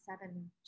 seven